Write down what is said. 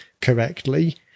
correctly